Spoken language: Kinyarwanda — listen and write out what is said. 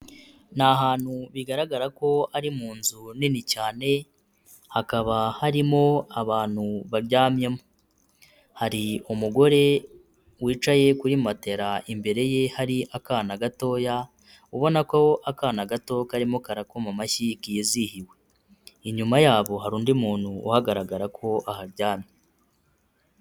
Ni ahantu bigaragara ko ari mu nzu nini cyane, hakaba harimo abantu baryamyemo, hari umugore wicaye kuri matera imbere ye hari akana gatoya ubona ko akana gato karimo karakoma amashyi kizihiwe, inyuma yabo hari undi muntu uhagaragara ko aharyamye.